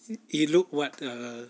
he look like err